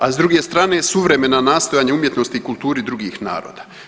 A s druge strane suvremena nastojanja umjetnosti i kulturi drugih naroda.